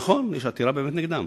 נכון, יש באמת עתירה נגדם.